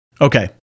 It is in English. Okay